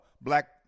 Black